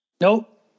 Nope